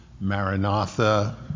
Maranatha